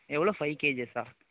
எவ்வளோ ஃபை கேஜிஸா